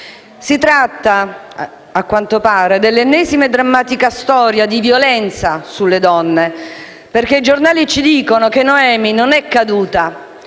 Si tratta, a quanto pare, dell'ennesima e drammatica storia di violenza sulle donne perché i giornali ci dicono che Noemi non è caduta,